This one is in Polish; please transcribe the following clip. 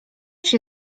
się